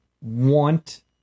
want